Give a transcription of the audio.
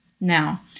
Now